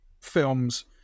films